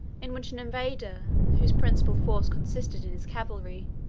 in which an invader, whose principal force consisted in his cavalry,